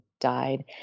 died